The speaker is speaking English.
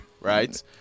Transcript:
right